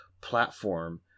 platform